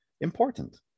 important